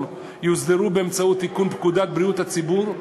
יוסדרו באמצעות תיקון פקודת בריאות הציבור.